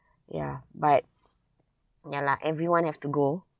ya but ya lah everyone have to go